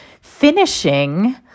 finishing